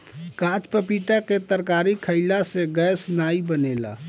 काच पपीता के तरकारी खयिला से गैस नाइ बनेला